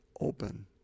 open